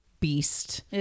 beast